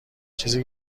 چیزی